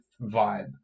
vibe